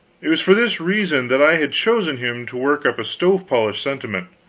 it was for this reason that i had chosen him to work up a stove-polish sentiment.